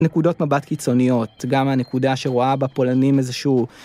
נקודות מבט קיצוניות, גם הנקודה שרואה בפולנים איזשהו...